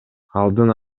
алдын